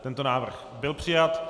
Tento návrh byl přijat.